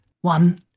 One